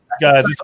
guys